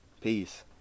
Peace